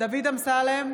דוד אמסלם,